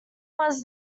was